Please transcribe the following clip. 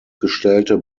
gestellte